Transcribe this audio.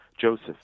Joseph